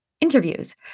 interviews